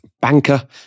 banker